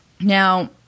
Now